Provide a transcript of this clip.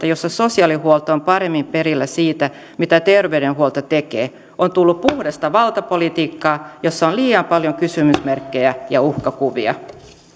jossa sosiaalihuolto on paremmin perillä siitä mitä terveydenhuolto tekee on tullut puhdasta valtapolitiikkaa jossa on liian paljon kysymysmerkkejä ja uhkakuvia